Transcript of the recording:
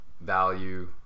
value